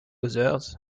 others